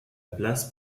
place